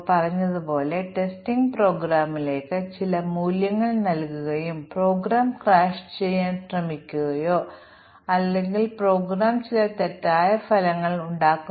അതിനാൽ integration testing സമയത്ത് കണ്ടെത്തിയ ബഗ് ടൈപ്പ് ഏതെന്ന് ഞങ്ങൾ ചോദിച്ചാൽ ഇവ രണ്ട് മൊഡ്യൂളുകൾക്കിടയിലുള്ള ഇന്റർഫേസ് ബഗുകളാണ്